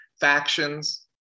factions